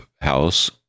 house